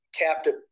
captive